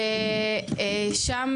ושם